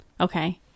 okay